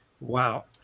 wow